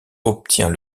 obtient